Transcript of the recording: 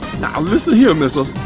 now listen here mister.